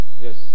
Yes